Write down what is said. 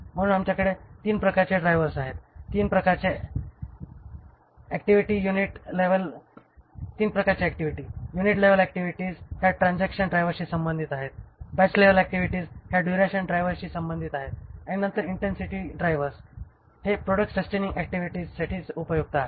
म्हणून आमच्याकडे 3 प्रकारचे ड्राइव्हर्स आहेत 3 प्रकारचे ऍक्टिव्हिटी युनिट लेवल ऍक्टिव्हिटीज ह्या ट्रान्सक्शन ड्राइव्हर्सशी संबंधित आहेत बॅच लेवल ऍक्टिव्हिटीज ह्या ड्युरेशन ड्रायव्हर्सशी संबंधित आहेत आणि नंतर इंटेन्सिटी ड्राइव्हर्स हे प्रॉडक्ट सस्टेनिंग ऍक्टिव्हिटीजसाठी उपयुक्त आहेत